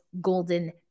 Golden